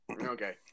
Okay